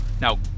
Now